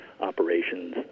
operations